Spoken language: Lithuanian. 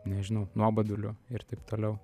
nežinau nuoboduliu ir taip toliau